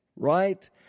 right